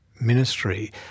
ministry